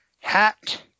hat